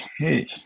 Hey